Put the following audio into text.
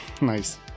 nice